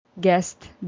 guest